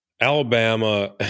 Alabama